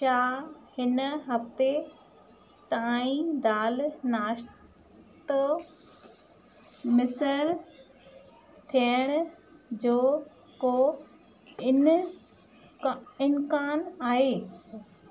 छा हिन हफ़्ते ताईं दाल नाश्तो मुयसरु थियण जो को इन का इम्कानु आहे